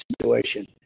situation